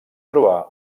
trobar